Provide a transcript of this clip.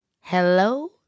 hello